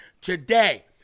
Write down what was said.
today